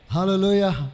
Hallelujah